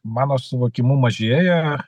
mano suvokimu mažėja